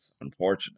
unfortunate